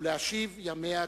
ולהשיב ימיה כבראשונה.